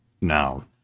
now